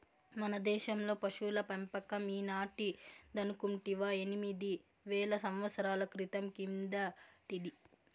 మన దేశంలో పశుల పెంపకం ఈనాటిదనుకుంటివా ఎనిమిది వేల సంవత్సరాల క్రితం కిందటిది